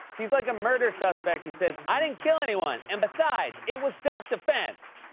he's like a murder suspect who says, i didn't kill anyone, and besides, it was self-defense.